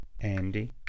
Andy